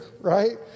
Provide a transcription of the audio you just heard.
right